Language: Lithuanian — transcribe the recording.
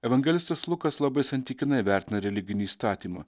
evangelistas lukas labai santykinai vertina religinį įstatymą